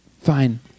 fine